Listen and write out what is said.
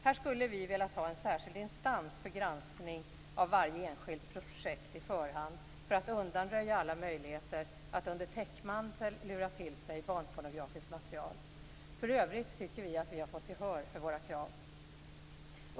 Här skulle vi ha velat ha en särskild instans för granskning av varje enskilt projekt på förhand, för att undanröja alla möjligheter att under täckmantel lura till sig barnpornografiskt material. För övrigt tycker vi att vi fått gehör för våra krav.